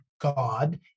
God